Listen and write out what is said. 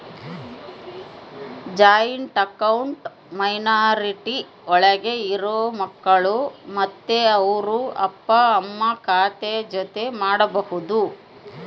joint account minority ಒಳಗ ಇರೋ ಮಕ್ಕಳು ಮತ್ತೆ ಅವ್ರ ಅಪ್ಪ ಅಮ್ಮ ಖಾತೆ ಜೊತೆ ಮಾಡ್ಬೋದು